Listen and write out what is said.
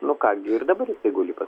nu ką gi ir dabar jisai guli pas mane